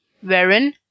wherein